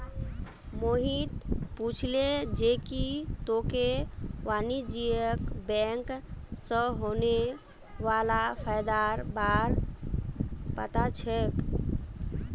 मोहित पूछले जे की तोक वाणिज्यिक बैंक स होने वाला फयदार बार पता छोक